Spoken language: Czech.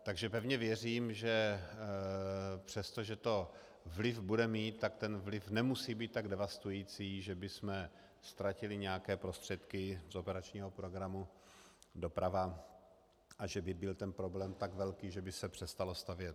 Takže pevně věřím, že přestože to vliv bude mít, tak ten vliv nemusí být tak devastující, že bychom ztratili nějaké prostředky z operačního programu Doprava a že by byl ten problém tak velký, že by se přestalo stavět.